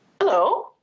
hello